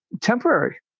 temporary